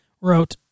wrote